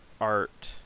art